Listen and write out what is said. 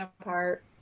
apart